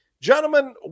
gentlemen